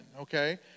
okay